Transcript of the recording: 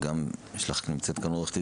לכן היום הוא חשוב